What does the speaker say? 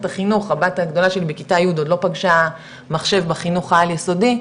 החינוך הבת הגדולה שלי בכיתה י' עוד לא פגשה מחשב בחינוך העל יסודי,